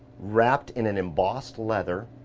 wrapped in an embossed leather,